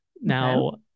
Now